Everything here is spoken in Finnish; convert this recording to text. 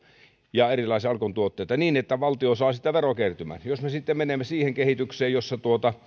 ja erilaisia alkon tuotteita niin että valtio saa sitä verokertymää jos me sitten menemme siihen kehitykseen jossa